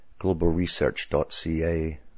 globalresearch.ca